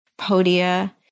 Podia